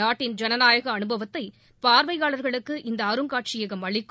நாட்டின் ஜனநாயக அனுபவத்தை பார்வையாளர்களுக்கு இந்த அருங்காட்சியகம் அளிக்கும்